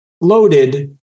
loaded